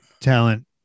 talent